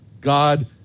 God